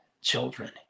children